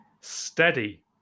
steady